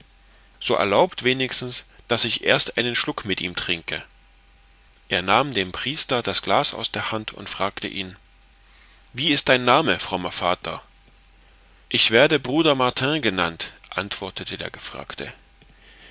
so erlaubt wenigstens daß ich erst einen schluck mit ihm trinke er nahm dem priester das glas aus der hand und fragte ihn wie ist dein name frommer vater ich werde bruder martin genannt antwortete der gefragte